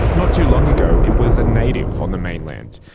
not too long ago it was a native on the mainland.